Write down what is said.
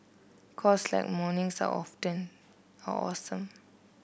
cause like mornings are often are awesome